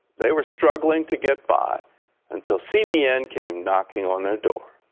they were struggling to get by until cbn came knocking on their door.